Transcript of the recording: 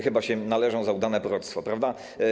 Chyba się należą za udane proroctwo, prawda?